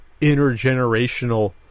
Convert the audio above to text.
intergenerational